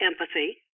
empathy